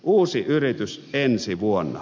uusi yritys ensi vuonna